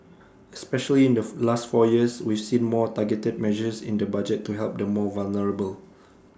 especially in the last four years we've seen more targeted measures in the budget to help the more vulnerable